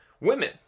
women